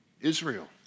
Israel